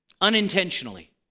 Unintentionally